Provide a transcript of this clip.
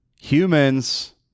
Humans